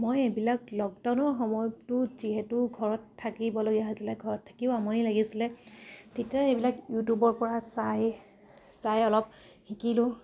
মই এইবিলাক লকডাউনৰ সময়টো যিহেতু ঘৰত থাকিবলগীয়া হৈছিলে ঘৰত থাকিও আমনি লাগিছিলে তেতিয়া এইবিলাক ইউটিউবৰ পৰা চাই চাই অলপ শিকিলোঁ